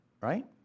right